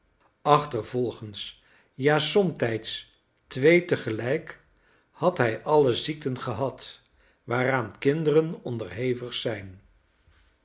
achtervolgens ja somtijds twee te gelijk had hij alle ziekten gehad waaraan kinderen onderhevig zijn